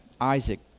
Isaac